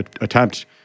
attempt